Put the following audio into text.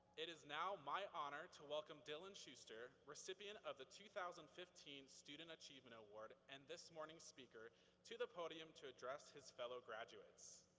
it is now my honor to welcome dylan shuster, recipient of the two thousand and fifteen student achievement award and this morning's speaker to the podium to address his fellow graduates.